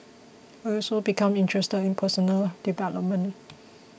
he also became interested in personal development